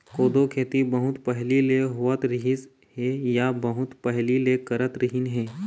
कोदो खेती बहुत पहिली ले होवत रिहिस हे या बहुत पहिली ले करत रिहिन हे